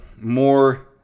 more